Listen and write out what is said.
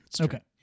Okay